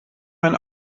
mein